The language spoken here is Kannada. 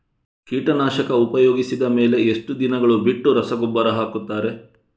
ಕೀಟನಾಶಕ ಉಪಯೋಗಿಸಿದ ಮೇಲೆ ಎಷ್ಟು ದಿನಗಳು ಬಿಟ್ಟು ರಸಗೊಬ್ಬರ ಹಾಕುತ್ತಾರೆ?